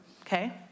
okay